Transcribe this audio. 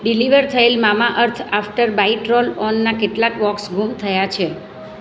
deliver થયેલ Mamaearth after bite roll ઓનનાં કેટલાંક બોક્સ ગુમ થયા છે